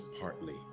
partly